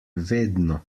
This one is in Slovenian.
vedno